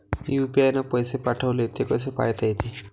UPI न पैसे पाठवले, ते कसे पायता येते?